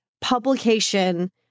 publication